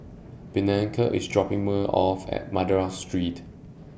Bianca IS dropping Me off At Madras Street